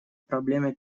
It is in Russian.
проблеме